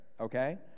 okay